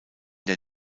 der